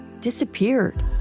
disappeared